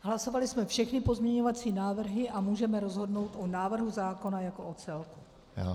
Hlasovali jsme všechny pozměňovací návrhy a můžeme rozhodnout o návrhu zákona jako o celku.